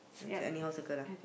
just anyhow circle lah